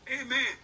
Amen